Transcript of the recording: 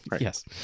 Yes